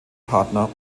partner